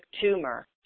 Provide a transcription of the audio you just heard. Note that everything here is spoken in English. tumor